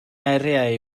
eiriau